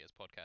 podcast